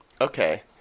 Okay